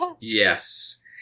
...yes